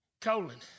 colon